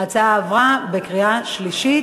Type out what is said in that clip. ההצעה עברה בקריאה שלישית.